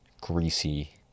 greasy